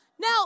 Now